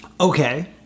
Okay